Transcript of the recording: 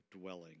dwelling